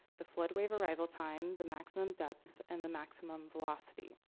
the flood wave arrival time, the maximum depth and the maximum velocity.